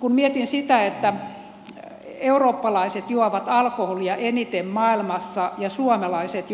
kun mietin sitä että eurooppalaiset juovat alkoholia eniten maailmassa ja suomalaiset